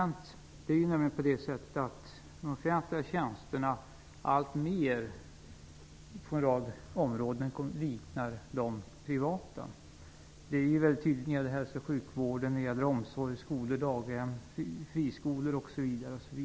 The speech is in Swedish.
De offentliga tjänsterna liknar nämligen på en rad områden alltmer de privata. Det är tydligt när det gäller hälso och sjukvården, omsorgen, skolor, daghem, friskolor osv.